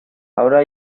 ahora